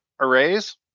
arrays